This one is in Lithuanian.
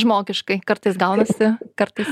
žmogiškai kartais gaunasi kartais